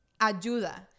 ayuda